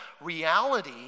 reality